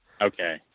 Okay